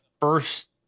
first